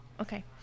okay